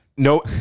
No